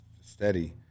steady